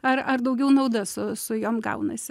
ar ar daugiau nauda su su jom gaunasi